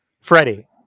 Freddie